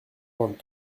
vingt